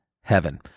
heaven